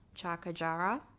chakajara